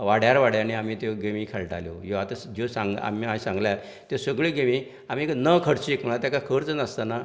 वाड्यार वाड्यांनी आमी त्यो गेमी खेळटाल्यो ह्यो आता ज्यो सांगलां आमी सांगल्यात त्यो सगल्यो गेमी आमी न खर्चीक म्हणटा तेका खर्च नासतना